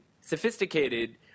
sophisticated